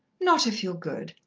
not if you're good.